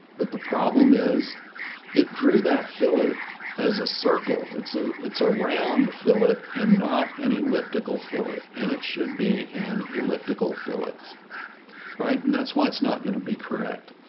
but the problem is it drew that, fill it as a circle. it's a, it's a round, fill it and not any elliptical fill it. and it should be an elliptical, fill it right. and that's why it's not going to be correct.